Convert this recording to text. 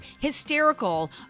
hysterical